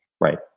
Right